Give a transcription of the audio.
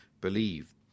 believed